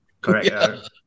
Correct